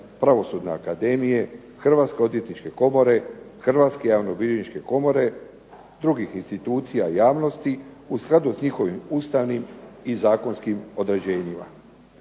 Pravosudne akademije, Hrvatske odvjetničke komore, Hrvatske javnobilježničke komore, drugih institucija i javnosti u skladu sa njihovim ustavnim i zakonskim određenjima.